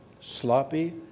sloppy